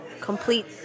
complete